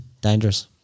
Dangerous